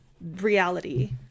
reality